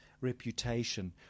reputation